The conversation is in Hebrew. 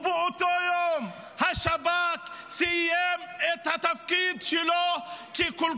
ובאותו יום השב"כ סיים את התפקיד שלו כי כל